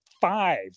five